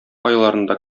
айларында